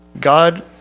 God